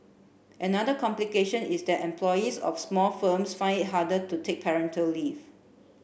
another complication is that employees of small firms find it harder to take parental leave